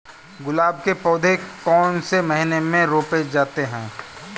गुलाब के पौधे कौन से महीने में रोपे जाते हैं?